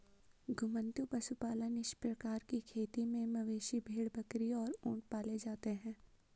घुमंतू पशुपालन इस प्रकार की खेती में मवेशी, भेड़, बकरी और ऊंट पाले जाते है